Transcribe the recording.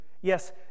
yes